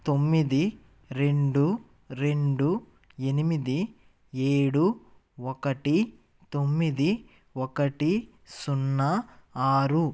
తొమ్మిది రెండు రెండు ఎనిమిది ఏడు ఒకటి తొమ్మిది ఒకటి సున్నా ఆరు